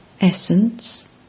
Essence